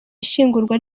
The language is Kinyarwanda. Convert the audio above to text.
ishyingurwa